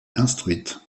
instruite